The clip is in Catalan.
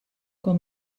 com